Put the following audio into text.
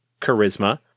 charisma